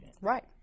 right